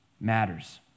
matters